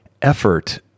Effort